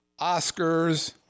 Oscars